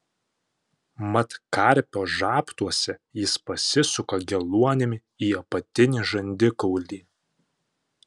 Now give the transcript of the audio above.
mat karpio žabtuose jis pasisuka geluonimi į apatinį žandikaulį